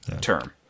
term